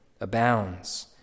abounds